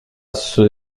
ces